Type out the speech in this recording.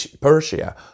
Persia